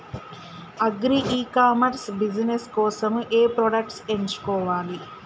Agri e commerce business కోసము ఏ products ఎంచుకోవాలి?